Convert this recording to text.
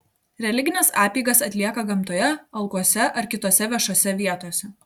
religines apeigas atlieka gamtoje alkuose ar kitose viešose vietose